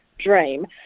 dream